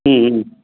ம் ம்